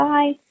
Bye